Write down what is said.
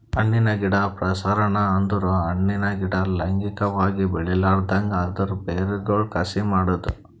ಹಣ್ಣಿನ ಗಿಡ ಪ್ರಸರಣ ಅಂದುರ್ ಹಣ್ಣಿನ ಗಿಡ ಲೈಂಗಿಕವಾಗಿ ಬೆಳಿಲಾರ್ದಂಗ್ ಅದರ್ ಬೇರಗೊಳ್ ಕಸಿ ಮಾಡದ್